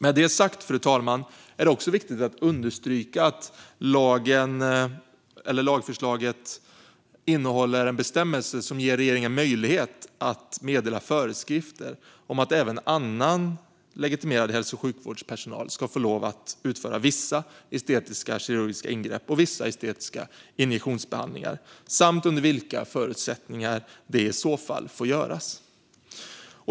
Med det sagt, fru talman, är det också viktigt att understryka att lagförslaget innehåller en bestämmelse som ger regeringen möjlighet att meddela föreskrifter om att även annan legitimerad hälso och sjukvårdspersonal ska få utföra vissa estetiska kirurgiska ingrepp och vissa estetiska injektionsbehandlingar. Den anger också under vilka förutsättningar det i så fall får göras.